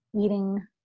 eating